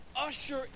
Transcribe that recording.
usher